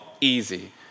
easy